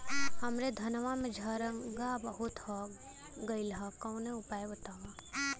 हमरे धनवा में झंरगा बहुत हो गईलह कवनो उपाय बतावा?